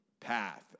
path